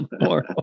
more